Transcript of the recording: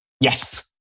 Yes